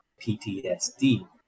PTSD